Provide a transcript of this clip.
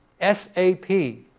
S-A-P